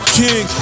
king